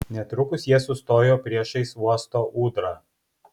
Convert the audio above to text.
netrukus jie sustojo priešais uosto ūdrą